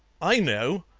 i know.